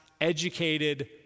educated